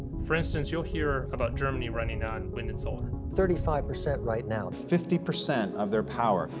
for instance, you'll hear about germany running on wind and solar. thirty five percent right now. fifty percent of their power.